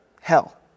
hell